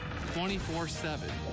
24-7